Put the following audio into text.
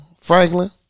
Franklin